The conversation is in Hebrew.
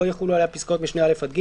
לא יחולו עליו פסקאות משנה (א) עד (ג).